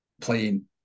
playing